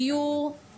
דיור.